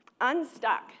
unstuck